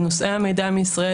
לנושאי המידע מישראל,